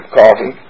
coffee